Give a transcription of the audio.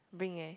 bring eh